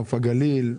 נוף הגליל,